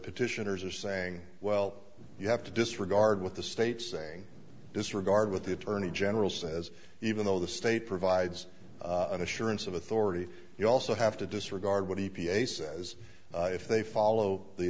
petitioners are saying well you have to disregard with the states saying disregard what the attorney general says even though the state provides an assurance of authority you also have to disregard what the p a says if they follow the